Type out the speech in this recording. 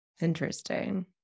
Interesting